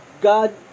God